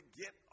get